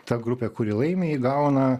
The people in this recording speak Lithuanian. ta grupė kuri laimi ji gauna